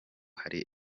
hari